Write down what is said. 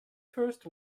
first